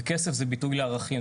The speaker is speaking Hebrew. וכסף זה ביטוי לערכים.